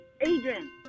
Adrian